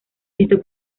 esto